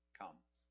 comes